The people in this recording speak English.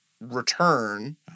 return